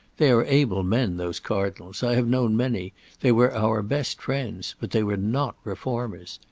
they are able men, those cardinals i have known many they were our best friends, but they were not reformers.